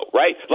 right